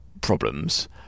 problems